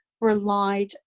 relied